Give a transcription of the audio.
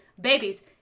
babies